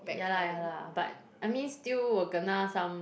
yeah lah yeah lah but I mean still will kena some